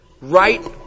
Right